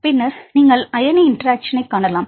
பின்னர் நீங்கள் அயனி இன்டெராக்ஷன் காணலாம்